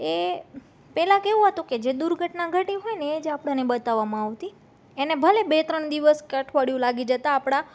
એ પહેલાં કેવું હતું કે જે દુર્ઘટના ઘટી હોયને એજ આપણને બતાવવામાં આવતી એને ભલે બે ત્રણ દિવસ કે અઠવાડિયું લાગી જતાં આપણા